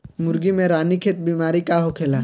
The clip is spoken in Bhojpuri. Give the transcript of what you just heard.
मुर्गी में रानीखेत बिमारी का होखेला?